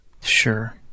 sure